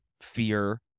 fear